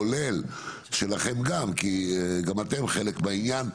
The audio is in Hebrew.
כולל שלכם גם כי גם אתם חלק מהעניין,